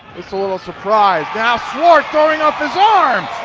it's a little surprised. now, swart throwing off his arms.